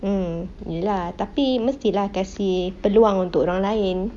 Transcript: mm ya lah tapi mesti lah kan kasi peluang untuk orang lain